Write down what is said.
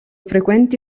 frequenti